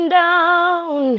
down